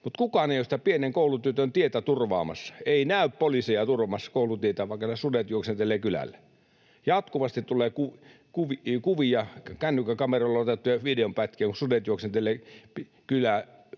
mutta kukaan ei ole pienen koulutytön tietä turvaamassa. Ei näy poliiseja turvaamassa koulutietä, vaikka sudet juoksentelevat kylällä. Jatkuvasti tulee kuvia ja kännykkäkameralla otettuja videonpätkiä, kun sudet juoksentelevat kylällä